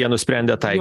jie nusprendė tai